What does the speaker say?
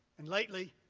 and lately,